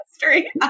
history